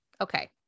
okay